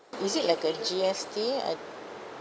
is it like a G_S_T I